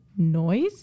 noise